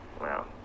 wow